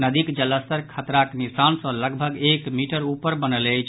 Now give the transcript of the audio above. नदीक जलस्तर खतराक निशान सँ लगभग एक मीटर ऊपर बनल अछि